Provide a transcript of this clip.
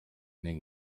ning